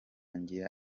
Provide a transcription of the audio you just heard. ngira